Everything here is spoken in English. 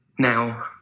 Now